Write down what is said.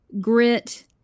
grit